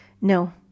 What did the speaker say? No